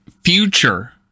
future